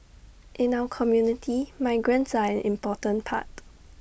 in our community migrants are an important part